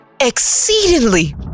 exceedingly